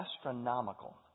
Astronomical